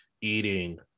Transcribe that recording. eating